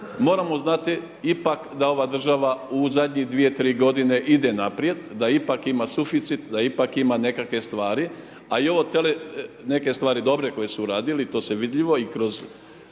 moramo znati ipak da ova država u zadnje 2-3 godine ide naprijed, da ipak ima suficit, da ipak ima nekake stvari, a i ovo tele, neke stvari dobre koje su uradili i to se vidljivo gledam